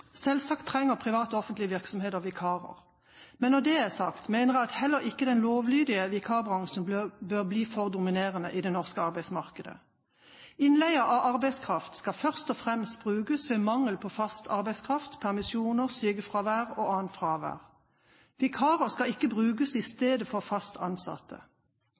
Men når det er sagt, mener jeg at heller ikke den lovlydige vikarbransjen bør bli for dominerende i det norske arbeidsmarkedet. Innleie av arbeidskraft skal først og fremst brukes ved mangel på fast arbeidskraft, permisjoner, sykefravær og annet fravær. Vikarer skal ikke brukes i stedet for faste ansatte.